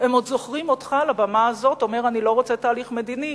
הם עוד זוכרים אותך על הבמה הזאת אומר: אני לא רוצה תהליך מדיני.